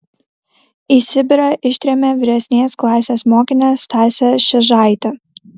į sibirą ištrėmė vyresnės klasės mokinę stasę šėžaitę